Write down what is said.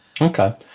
Okay